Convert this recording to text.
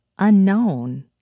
unknown